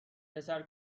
پسر